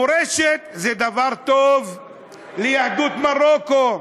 מורשת זה דבר טוב ליהדות מרוקו,